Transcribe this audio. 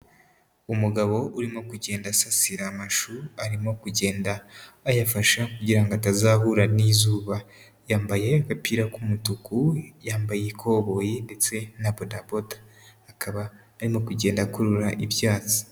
Umugabo urimo kugenda asasira amashu, arimo kugenda ayafasha kugira ngo atazahura n'izuba. Yambaye agapira k'umutuku, yambaye ikoboyi ndetse na bodaboda. Akaba arimo kugenda akurura ibyatsi.